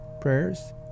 prayers